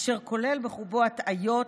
אשר כולל בחובו הטעיות,